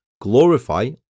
glorify